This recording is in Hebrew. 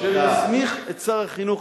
אשר יסמיך את שר החינוך,